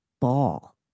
ball